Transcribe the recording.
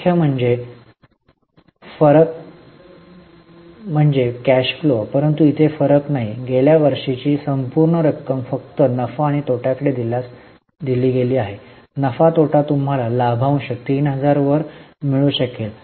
मुख्य म्हणजे फरक म्हणजे कॅश फ्लो परंतु इथे फरक नाही गेल्या वर्षीची संपूर्ण रक्कम फक्त नफा आणि तोटाकडे दिल्यास दिली गेली असती नफा तोटा तुम्हाला लाभांश 3000 वर मिळू शकेल